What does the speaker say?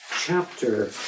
chapter